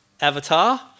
Avatar